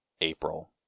April